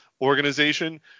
organization